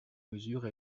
mesure